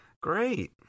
Great